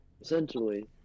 Essentially